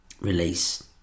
release